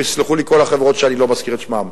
ויסלחו לי כל החברות שאני לא מזכיר את שמן,